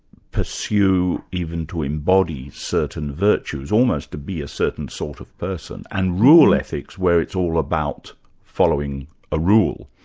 pursue, even to embody, certain virtues, almost to be a certain sort of person, and rule ethics, where it's all about following a rule.